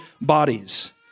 bodies